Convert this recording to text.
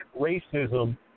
racism